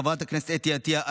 חברת הכנסת אתי עטייה,